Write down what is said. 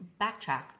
backtrack